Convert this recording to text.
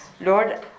Lord